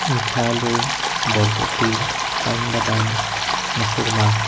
মিঠা আলু বৰপতী পাইন বাদাম মচুৰমাহ